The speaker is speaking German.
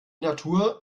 natur